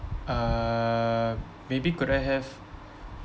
uh maybe could I have